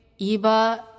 Iba